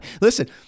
Listen